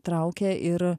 traukė ir